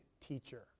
teacher